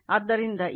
ಆದ್ದರಿಂದ ಇದು 1